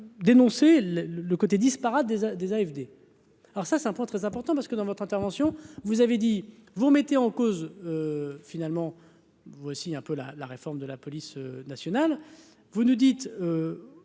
dénoncer le le le côté disparate des des AFD. Alors ça c'est un point très important, parce que dans votre intervention, vous avez dit, vous mettez en cause finalement, voici un peu la la réforme de la police nationale, vous nous dites